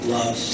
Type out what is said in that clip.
Love